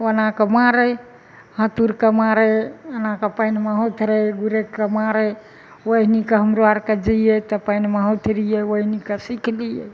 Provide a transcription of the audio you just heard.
ओना कऽ मारै हथोरि कऽ मारै एना कऽ पानिमे हथोरै गुरैक कऽ मारै ओहना कऽ हमराे आरके जैयै तऽ पानिमे होथरियै ओहना कऽ सिखलियै